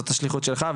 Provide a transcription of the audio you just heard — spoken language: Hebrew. זאת השליחות שלך,